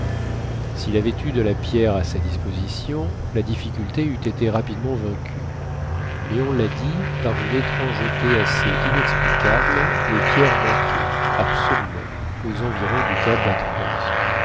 s'il avait eu de la pierre à sa disposition la difficulté eût été rapidement vaincue mais on l'a dit par une étrangeté assez inexplicable les pierres manquaient absolument aux environs du cap